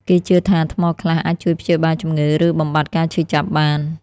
គេជឿថាថ្មខ្លះអាចជួយព្យាបាលជំងឺ ឬបំបាត់ការឈឺចាប់បាន។